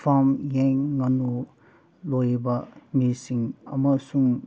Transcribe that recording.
farm ꯌꯦꯟ ꯉꯥꯅꯨ ꯂꯣꯏꯕ ꯃꯤꯁꯤꯡ ꯑꯃꯁꯨꯡ